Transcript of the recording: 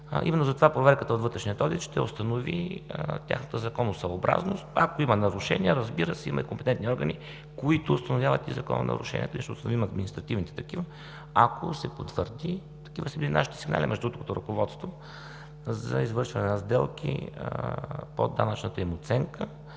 Именно затова проверката от вътрешния одит ще установи тяхната законосъобразност, ако има нарушения, разбира се, има и компетентни органи, които установяват и закононарушенията – ние ще отстраним административните такива, ако се потвърди. Такива са били нашите сигнали, между другото, като ръководство за извършване на сделки по данъчната им оценка,